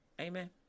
amen